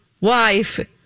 wife